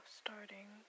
starting